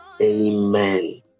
amen